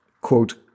quote